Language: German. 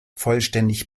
vollständig